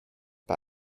bei